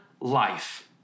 life